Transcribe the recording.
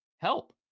help